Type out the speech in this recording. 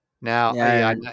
Now